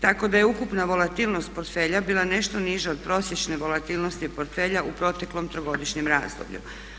Tako da je ukupna volatilnost portfelja bila nešto niža od prosječne volatilnosti portfelja u proteklom 3-godišnjem razdoblju.